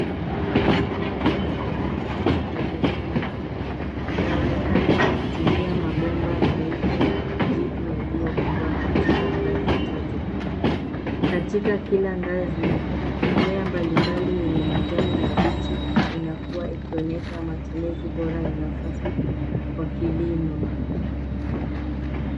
Mfumo wa kisasa wa kilimo cha hydroponic . Umeonekana ukitumia mabomba nyeupe na kijivu yaliyopangwa katika ngazi tatu. Katika kila ngazi mimea mbalimbali yenye majani mabichi inakua ikionyesha matumizi bora ya nafasi kwa kilimo.